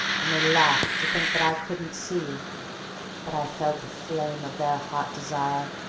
and they laughed to think that i couldn't see but i felt the flame of their hot desire.